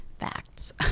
facts